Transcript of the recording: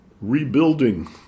rebuilding